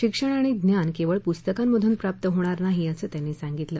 शिक्षण आणि ज्ञान केवळ पुस्तकांमधून प्राप्त होणार नाही असं त्यांनी सांगितलं